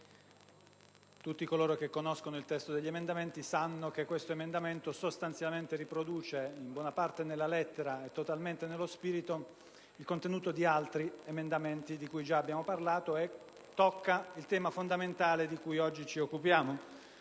tutti coloro che conoscono il testo degli emendamenti sanno che l'emendamento 3.143 riproduce, in buona parte, nella lettera e totalmente nello spirito, il contenuto di altri emendamenti di cui già abbiamo parlato e tocca il tema fondamentale di cui oggi ci occupiamo,